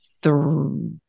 three